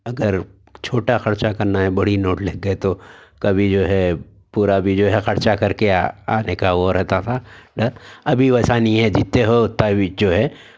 اگر چھوٹا خرچا کرنا ہے بڑی نوٹ لے کے تو کبھی جو ہے پورا بھی جو ہے خرچا کر کے آنے کا وہ رہتا تھا ڈر ابھی ویسا نہیں ہے جتنے ہو اتنا ہی جو ہے